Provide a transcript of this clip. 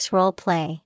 Roleplay